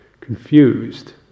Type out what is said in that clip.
confused